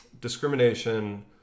discrimination